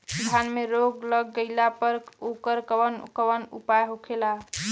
धान में रोग लग गईला पर उकर कवन कवन उपाय होखेला?